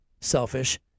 selfish